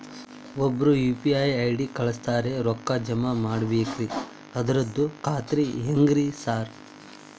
ಒಬ್ರು UPI ID ಕಳ್ಸ್ಯಾರ ರೊಕ್ಕಾ ಜಮಾ ಮಾಡ್ಬೇಕ್ರಿ ಅದ್ರದು ಖಾತ್ರಿ ಹೆಂಗ್ರಿ ಸಾರ್?